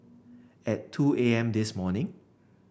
at two A M this morning